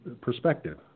perspective